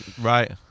right